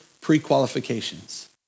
pre-qualifications